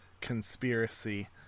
conspiracy